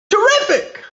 terrific